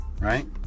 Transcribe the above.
Right